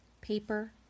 paper